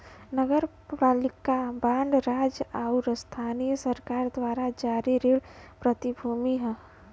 नगरपालिका बांड राज्य आउर स्थानीय सरकार द्वारा जारी ऋण प्रतिभूति हौ